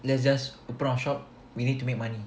let's just open our shop we need to make money